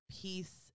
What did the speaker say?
peace